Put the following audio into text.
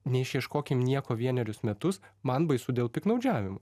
neišjieškokim nieko vienerius metus man baisu dėl piktnaudžiavimo